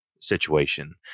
Situation